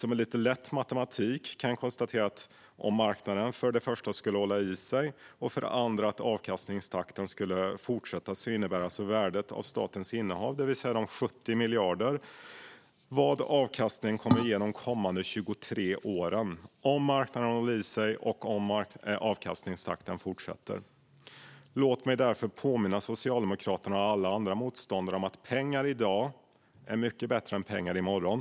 Med lite lätt matematik kan jag konstatera att om marknaden för det första skulle hålla i sig och avkastningstakten för det andra skulle fortsätta innebär värdet av statens innehav, det vill säga 70 miljarder, vad avkastningen kommer att ge de kommande 23 åren. Detta gäller alltså om marknaden håller i sig och om avkastningstakten fortsätter. Låt mig därför påminna Socialdemokraterna och alla andra motståndare om att pengar i dag är bättre än pengar i morgon.